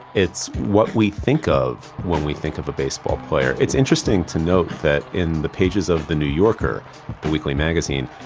it's what we think of when we think of the baseball player. it's interesting to note that, in the pages of the new yorker, the weekly magazine,